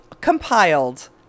Compiled